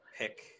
pick